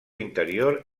interior